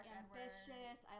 ambitious